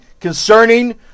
concerning